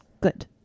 Good